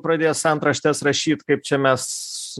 pradės antraštes rašyt kaip čia mes